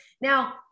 Now